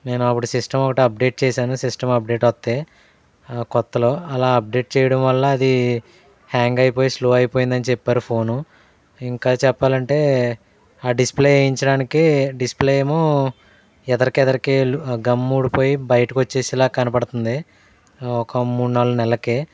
నేను అప్పుడు system update చేసాను సిస్టమ్ అప్డేట్ వస్తే క్రొత్తలో అలా అప్డేట్ చేయడం వల్ల అది హ్యాంగ్ అయిపోయి స్లో అయిపోయిందని చెప్పారు ఫోన్ ఇంకా చెప్పాలంటే ఆ డిస్ప్లే వేయించడానికి డిస్ప్లే ఏమో ఎదరకెదరకి గమ్ ఊడిపోయి బయటకి వచ్చేసేలా కనబడుతుంది ఒక మూడు నాలుగు నెలలకే